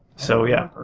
so yeah.